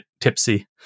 tipsy